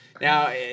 Now